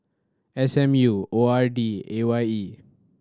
S M U O R D and A Y E